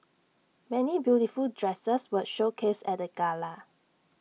many beautiful dresses were showcased at the gala